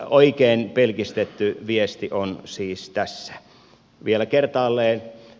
oikein pelkistetty viesti on siis tässä vielä kertaalleen